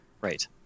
Right